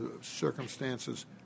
circumstances